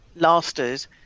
lasters